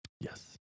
yes